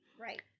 Right